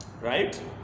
right